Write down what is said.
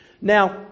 Now